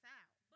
out